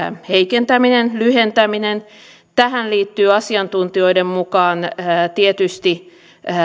heikentäminen lyhentäminen tähän liittyy asiantuntijoiden mukaan tietysti